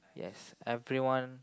yes everyone